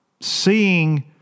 seeing